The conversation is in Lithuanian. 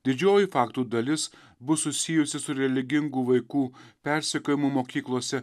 didžioji faktų dalis bus susijusi su religingų vaikų persekiojimu mokyklose